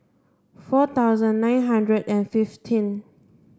four thousand nine hundred and fifteen